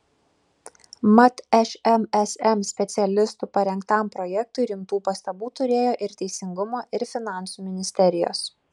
mat šmsm specialistų parengtam projektui rimtų pastabų turėjo ir teisingumo ir finansų ministerijos